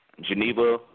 Geneva